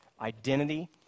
identity